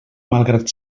malgrat